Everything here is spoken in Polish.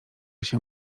się